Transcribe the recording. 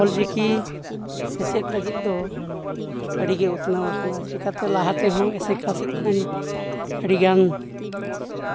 ᱚᱞᱪᱤᱠᱤ ᱥᱮᱪᱮᱫ ᱞᱟᱹᱜᱤᱫ ᱫᱚ ᱟᱹᱰᱤᱜᱮ ᱩᱛᱱᱟᱹᱣ ᱟᱠᱟᱱᱟ ᱪᱮᱠᱟᱛᱮ ᱞᱟᱦᱟ ᱛᱮᱦᱚᱸ ᱮᱥᱮᱠᱟ ᱥᱮᱫ ᱠᱷᱚᱱ ᱟᱹᱰᱤᱜᱟᱱ